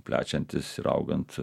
plečiantis ir augant